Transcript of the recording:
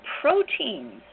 proteins